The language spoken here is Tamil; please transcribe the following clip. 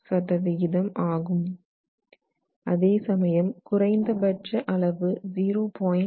2 ஆகும் அதே சமயம் குறைந்தபட்ச அளவு 0